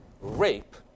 rape